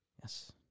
Yes